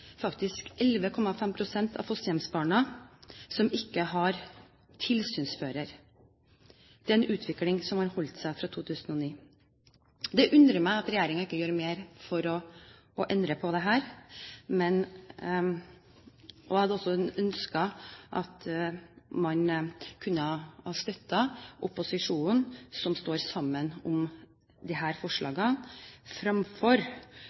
utvikling som har holdt seg fra 2009. Det undrer meg at regjeringen ikke gjør mer for å endre på dette. Jeg hadde også ønsket at man kunne ha støttet opposisjonen som står sammen om